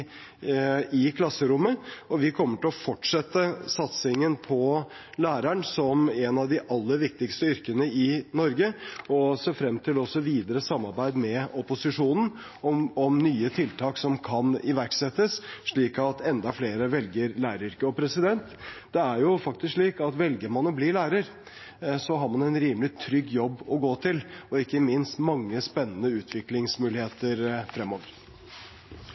i klasserommet. Vi kommer til å fortsette satsingen på læreren som et av de aller viktigste yrkene i Norge og ser frem til videre samarbeid med opposisjonen om nye tiltak som kan iverksettes, slik at enda flere velger læreryrket. Det er jo faktisk slik at velger man å bli lærer, har man en rimelig trygg jobb å gå til og ikke minst mange spennende utviklingsmuligheter fremover.